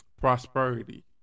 Prosperity